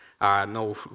No